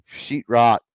sheetrock